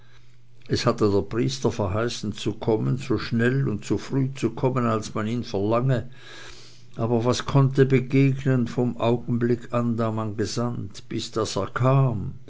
es hatte der priester verheißen zu kommen so schnell und so früh zu kommen als man ihn verlange aber was konnte begegnen vom augenblicke an da man gesandt bis daß er kam